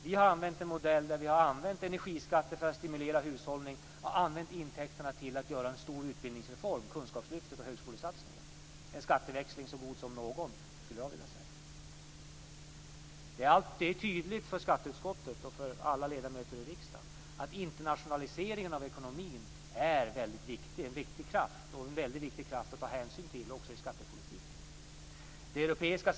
Vi har använt en modell med energiskatter för att stimulera hushållning och använt intäkterna till att göra en stor utbildningsreform, nämligen kunskapslyftet och högskolesatsningen. Det är en skatteväxling så god som någon, skulle jag vilja säga. Det är tydligt för skatteutskottet och för alla ledamöter i riksdagen att internationaliseringen av ekonomin är en viktig kraft att ta hänsyn till också i skattepolitiken.